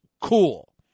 cool